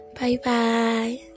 Bye-bye